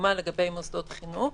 לדוגמה לגבי מוסדות חינוך,